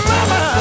Mama